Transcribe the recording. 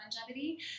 longevity